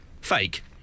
Fake